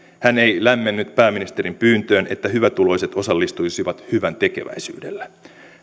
hän ei lämmennyt pääministerin pyyntöön että hyvätuloiset osallistuisivat hyväntekeväisyydellä